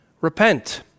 Repent